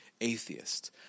atheists